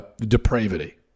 depravity